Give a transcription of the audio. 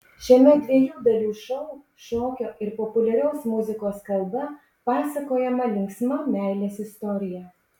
šiame dviejų dalių šou šokio ir populiarios muzikos kalba pasakojama linksma meilės istorija